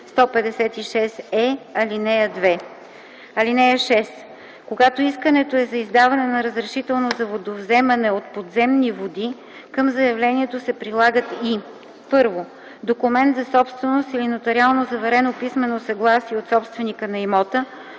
156е, ал. 2. (6) Когато искането е за издаване на разрешително за водовземане от подземни води, към заявлението се прилагат и: 1. документ за собственост или нотариално заверено писмено съгласие от собственика на имота,